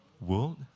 world